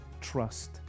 trust